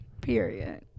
Period